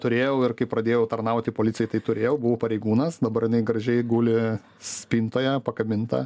turėjau ir kai pradėjau tarnauti policijai tai turėjau buvau pareigūnas dabar jinai gražiai guli spintoje pakabinta